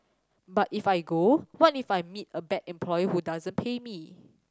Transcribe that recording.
but if I go what if I meet a bad employer who doesn't pay me